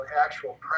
actual